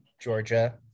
Georgia